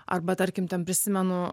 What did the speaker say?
arba tarkim ten prisimenu